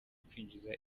kwinjiza